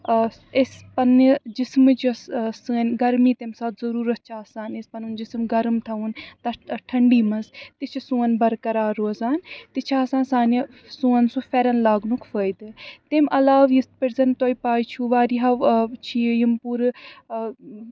آ أسۍ پنٛنہِ جِسمٕچ یۄس سٲنۍ گرمی تَمہِ ساتہٕ ضٔروٗرت چھےٚ آسان یُس پَنُن جِسم گرم تھَوُن تَتھ تَتھ ٹھنٛڈی منٛز تہِ چھِ سون برقرار روزان تہِ چھِ آسان سانہِ سون سُہ پھٮ۪رَن لاگنُک فٲیدٕ تَمہِ عَلاوٕ یِتھ پٲٹھۍ زَن تۄہہِ پَے چھُو واریاہو چھِ یِم پوٗرٕ